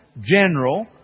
General